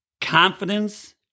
confidence